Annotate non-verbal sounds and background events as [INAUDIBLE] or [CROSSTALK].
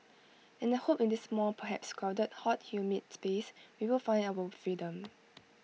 and I hope in this small perhaps crowded hot humid space we will find our own freedom [NOISE]